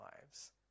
lives